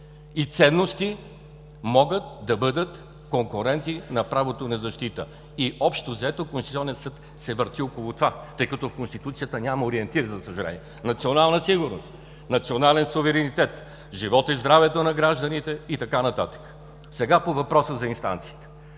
и ценности могат да бъдат конкуренти на правото на защита. И, общо-взето, Конституционният съд се върти около това, тъй като в Конституцията няма ориентир, за съжаление – национална сигурност, национален суверенитет, живота и здравето на гражданите и така нататък. А сега по въпроса за инстанциите.